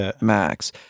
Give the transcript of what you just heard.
max